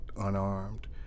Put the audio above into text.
unarmed